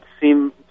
seem